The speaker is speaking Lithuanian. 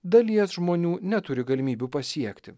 dalies žmonių neturi galimybių pasiekti